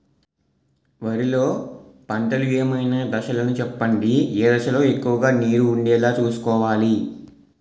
వరిలో పంటలు ఏమైన దశ లను చెప్పండి? ఏ దశ లొ ఎక్కువుగా నీరు వుండేలా చుస్కోవలి?